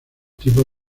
tipos